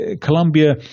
Colombia